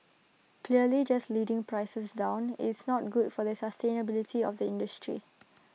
clearly just leading prices down it's not good for the sustainability of the industry